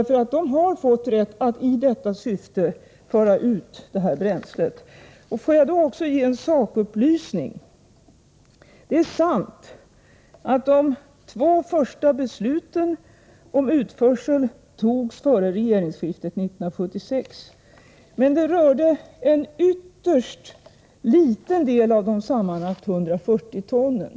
Företaget har nämligen fått rätt att i detta syfte föra ut bränslet. Får jag då också ge en sakupplysning. Det är sant att de två första besluten om utförsel fattades före regeringsskiftet 1976, men det rörde en ytterst liten del av de sammanlagt 140 tonnen.